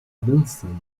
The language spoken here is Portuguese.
dançando